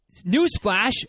Newsflash